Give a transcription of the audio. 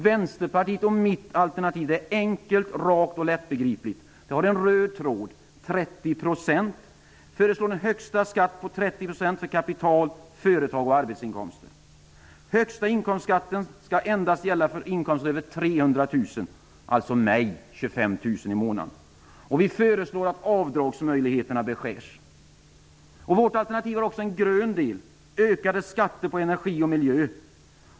Vänsterpartiets och mitt alternativ är enkelt, rakt och lättbegripligt: Vi föreslår en högsta skatt på 30 % för kapital, företag och arbetsinkomster. Högsta inkomstskatten skall endast gälla inkomster över 300 000 kronor -- det gäller alltså mig -- med 25 000 kronor i månaden. Vi föreslår att avdragsmöjligheterna beskärs. Vårt alternativ har också en grön del, nämligen ökade skatter på energi och miljö.